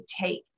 take